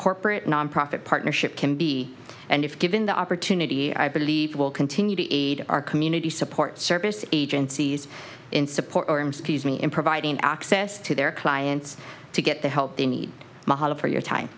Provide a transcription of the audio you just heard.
corporate nonprofit partnership can be and if given the opportunity i believe will continue to aid our community support service agencies in support me in providing access to their clients to get the help they need mahalo for your time